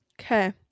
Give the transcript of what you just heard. Okay